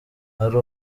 ari